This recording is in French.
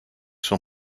son